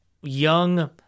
young